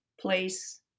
place